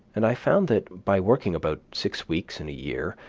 and i found that, by working about six weeks in a year,